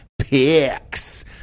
picks